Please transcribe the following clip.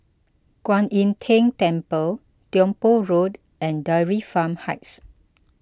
Kwan Im Tng Temple Tiong Poh Road and Dairy Farm Heights